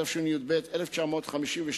התשי"ב 1952,